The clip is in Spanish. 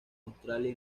australia